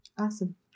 Awesome